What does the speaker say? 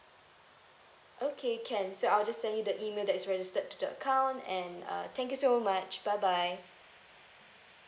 okay can so I'll just send you the email that is registered to the account and uh thank you so much bye bye